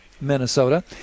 Minnesota